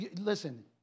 Listen